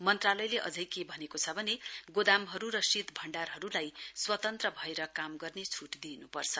मन्त्रालयले अझै के भनेको छ भने गोदामहरु र शीत भण्डारहरुलाई स्वतन्त्र भएर रुपले काम गर्ने छट दिइनुपर्छ